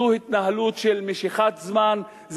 זאת התנהלות של משיכת זמן,